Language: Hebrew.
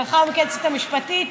לאחר מכן היועצת המשפטית,